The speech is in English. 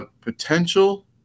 potential